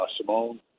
Simone